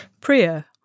Priya